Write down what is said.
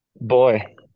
Boy